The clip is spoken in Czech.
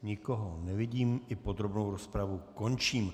Nikoho nevidím, i podrobnou rozpravu končím.